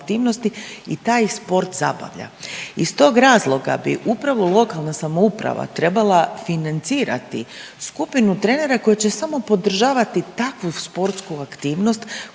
i taj sport zabavlja. Iz tog razloga bi upravo lokalna samouprava trebala financirati skupinu trenera koji će samo podržavati takvu sportsku aktivnost koja